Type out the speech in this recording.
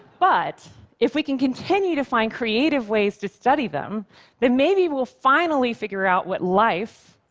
but if we can continue to find creative ways to study them, then maybe we'll finally figure out what life,